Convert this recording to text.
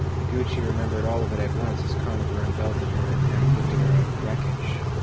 noguchi remembered all of it at once as conover unbelted her and half lifted her out of the wreckage.